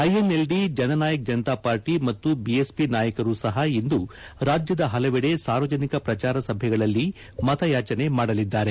INLD Jannayak Janata party ಮತ್ತು BSP ನಾಯಕರೂ ಸಹ ಇಂದು ರಾಜ್ಯದ ಹಲವೆದೆ ಸಾರ್ವಜನಿಕ ಪ್ರಚಾರ ಸಭೆಗಳಲ್ಲಿ ಮತಯಾಚನೆ ಮಾಡಲಿದ್ದಾರೆ